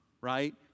right